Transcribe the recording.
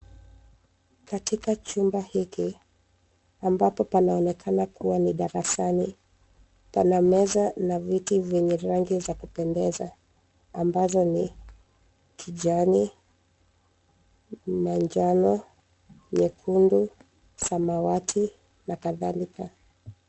Katika chumba hiki ambapo panaonekana kuwa ni darasani pana meza na viti vyenye rangi za kupendeza ambazo ni kijani, manjano, nyekundu, samawati na kadhalika.